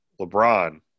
LeBron